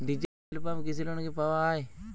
Diesel pump কৃষি লোনে কি পাওয়া য়ায়?